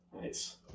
Nice